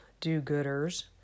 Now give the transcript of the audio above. do-gooders